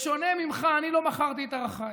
בשונה ממך אני לא מכרתי את ערכיי.